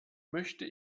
möchte